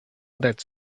that